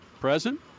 present